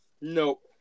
Nope